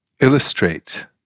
illustrate